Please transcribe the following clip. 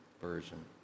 version